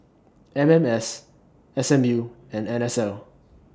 M M S S M U and N S L